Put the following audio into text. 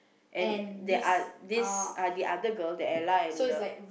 and the oth~ this the other girl the Ella and the